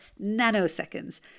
nanoseconds